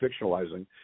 fictionalizing